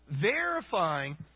verifying